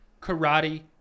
karate